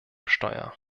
steuer